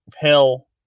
Hill